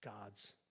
God's